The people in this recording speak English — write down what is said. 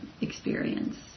experience